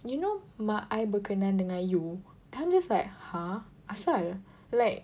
you know mak I berkenan dengan you then I'm just like !huh! asal like